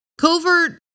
Covert